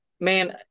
man